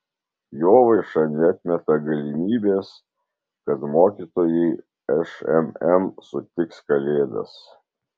jovaiša neatmeta galimybės kad mokytojai šmm sutiks kalėdas